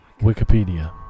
Wikipedia